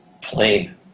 plain